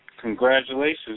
Congratulations